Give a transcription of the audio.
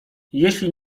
jeśli